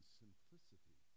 simplicity